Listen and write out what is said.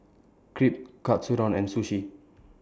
Crepe Katsudon and Sushi